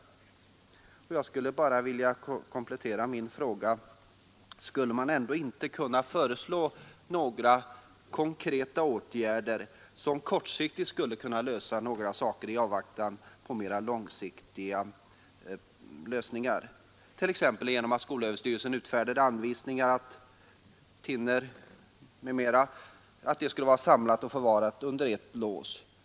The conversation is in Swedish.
Jag vill nu komplettera min fråga så här: Skulle man inte kunna föreslå några konkreta åtgärder som kortsiktigt kan lösa en del problem i avvaktan på mera långsiktiga lösningar, t.ex. genom att skolöverstyrelsen utfärdar anvisningar om att thinner och liknande vätskor skall vara förvarade under lås?